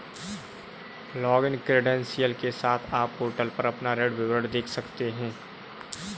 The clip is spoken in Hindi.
लॉगिन क्रेडेंशियल के साथ, आप पोर्टल पर अपना ऋण विवरण देख सकते हैं